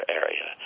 area